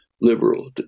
liberal